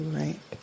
right